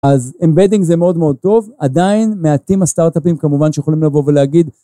אז אמבדינג זה מאוד מאוד טוב, עדיין מעטים הסטארט-אפים כמובן שיכולים לבוא ולהגיד.